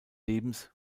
lebens